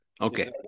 okay